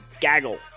gaggle